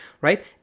right